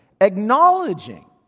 Acknowledging